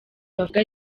bavuga